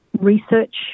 research